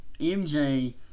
MJ